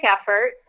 effort